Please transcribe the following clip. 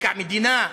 קרקע המדינה,